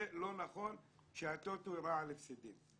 זה לא נכון שהטוטו הראה על הפסדים.